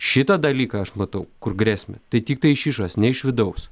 šitą dalyką aš matau kur grėsmę tai tiktai iš išos ne iš vidaus